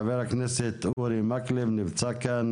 חה"כ אורי מקלב נמצא כאן,